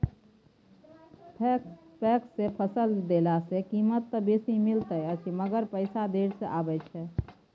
PACS मे फसल देला सॅ कीमत त बेसी मिलैत अछि मगर पैसा देर से आबय छै